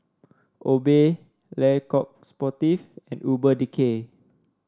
Obey Le Coq Sportif and Urban Decay